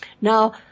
Now